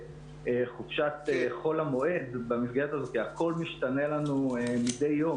חופשת חול המועד במסגרת הזאת הכול משתנה לנו מדי יום,